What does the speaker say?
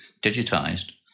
digitised